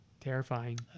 terrifying